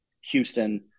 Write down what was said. Houston